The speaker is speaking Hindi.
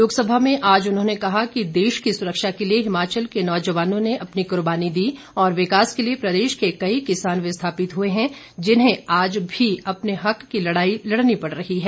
लोकसभा में आज उन्होंने कहा कि देश की सुरक्षा के लिए हिमाचल के नौजवानों ने अपनी कुर्बानी दी और विकास के लिए प्रदेश के कई किसान विस्थापित हुए हैं जिन्हें आज भी अपने हक की लड़ाई लड़नी पड़ रही है